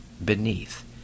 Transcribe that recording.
beneath